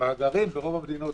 במאגרים ברוב המדינות